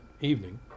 evening